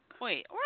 Wait